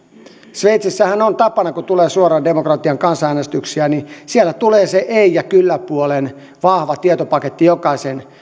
sveitsissähän on tapana kun tulee suoran demokratian kansanäänestyksiä että siellä tulee se ei ja kyllä puolen vahva tietopaketti jokaisen